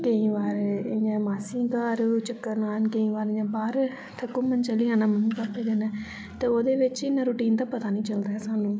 केई बार इ'यां मासी घर चक्कर लान केई बार इ'यां बाहर घुमन चली जाना पापे कन्नै ते ओह्दे बेच्च इन्ना रूटीन दा पता निं चलदा सानु